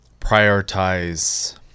prioritize